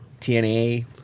TNA